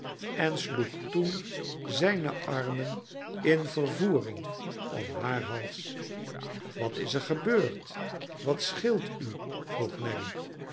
en sloeg toen zijne armen in vervoering om haar hals wat is er gebeurd wat scheelt u vroeg nelly